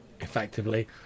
effectively